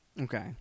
Okay